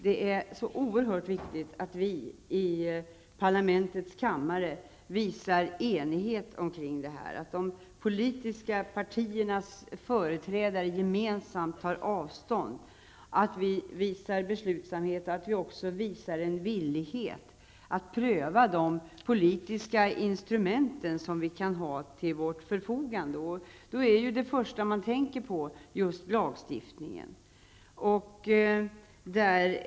Det är oehört viktigt att vi i parlamentets kammare visar enighet omkring rasism. De politiska partiernas företrädare måste gemensamt ta avstånd samt visa beslutsamhet och en vilja att pröva de politiska instrument som finns till förfogande. Det första man då tänker på är just lagstiftning.